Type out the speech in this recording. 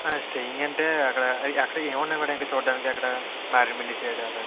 staying అంటే అక్కడ అక్కడ ఏమున్నాయి మ్యాడం ఇంకా చూడడానికి అక్కడ మారేడుమిల్లి సైడు